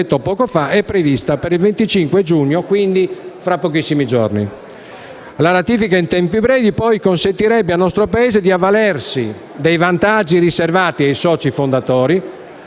La ratifica in tempi brevi consentirebbe poi al nostro Paese di avvalersi dei vantaggi riservati ai soci fondatori,